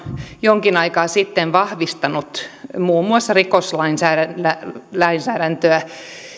jonkin aikaa sitten vahvistanut muun muassa rikoslainsäädäntöä